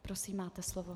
Prosím, máte slovo.